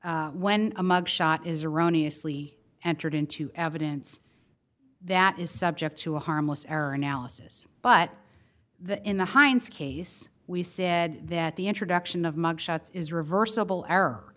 when a mug shot is erroneous lee entered into evidence that is subject to a harmless error analysis but the in the hinds case we said that the introduction of mug shots is reversible error